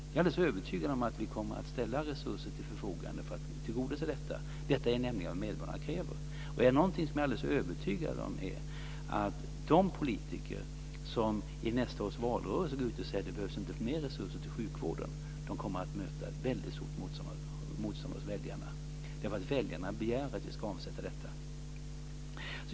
Jag är alldeles övertygad om att vi kommer att ställa resurser till förfogande för att tillgodose detta. Detta är nämligen vad medborgarna kräver. Jag är också alldeles övertygad om att de politiker som i nästa års valrörelse går ut och säger att det inte behövs mer resurser till sjukvården kommer att möta ett mycket stort motstånd hos väljarna. Väljarna begär att vi ska avsätta detta.